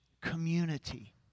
community